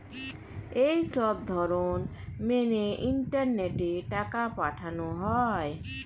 এই সবধরণ মেনে ইন্টারনেটে টাকা পাঠানো হয়